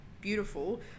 beautiful